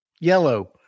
Yellow